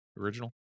original